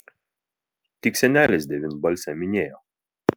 tik senelis devynbalsę minėjo